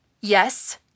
Yes